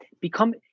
become